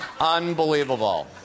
unbelievable